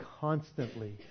constantly